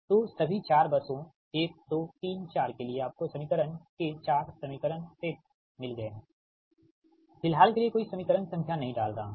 तो सभी 4 बसों 1 2 3 4 के लिए आपको समीकरण के 4 समीकरण सेट मिल गए हैं फिलहाल के लिए कोई समीकरण संख्या नहीं डाल रहा हूँ